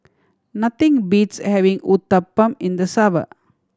nothing beats having Uthapam in the summer